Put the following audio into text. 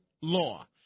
law